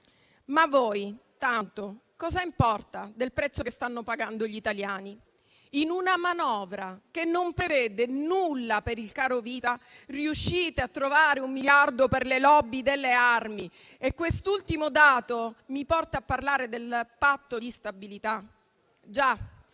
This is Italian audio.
a voi tanto cosa importa del prezzo che stanno pagando gli italiani? In una manovra che non prevede nulla per il carovita, riuscite a trovare un miliardo per le *lobby* delle armi. Quest'ultimo dato mi porta a parlare del Patto di stabilità;